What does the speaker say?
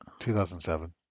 2007